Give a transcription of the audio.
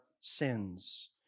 sins